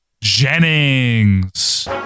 Jennings